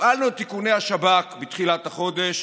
הפעלנו את איכוני השב"כ בתחילת החודש.